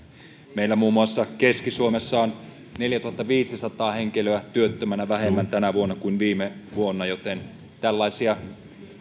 meillä muun muassa keski suomessa on neljätuhattaviisisataa henkilöä työttömänä vähemmän tänä vuonna kuin viime vuonna joten tällaisia